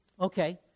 okay